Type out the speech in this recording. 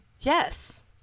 Yes